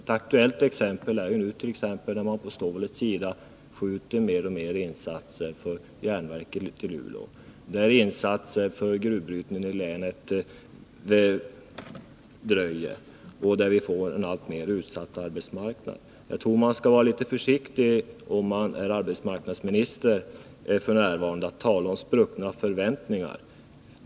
Ett aktuellt exempel finns på stålsidan, där man mer Nr 37 och mer uppskjuter insatser för järnverken i Luleå. Insatser för gruvbrytningen i länet dröjer, och vi får där en alltmer utsatt arbetsmarknad. Jag tror att man som arbetsmarknadsminister f. n. skall vara litet försiktig med att tala om spruckna förväntningar.